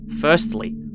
Firstly